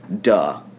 Duh